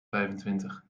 vijfentwintig